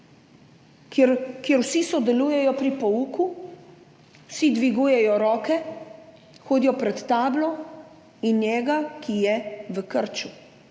kjer vsi sodelujejo pri pouku, vsi dvigujejo roke, hodijo pred tablo, in njega, ki je v krču